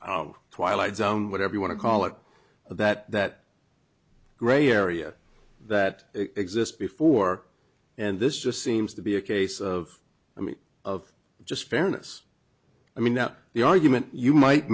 twilight zone whatever you want to call it that that gray area that exists before and this just seems to be a case of i mean of just fairness i mean now the argument you might